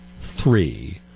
three